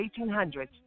1800s